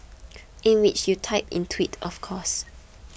in which you typed in twit of course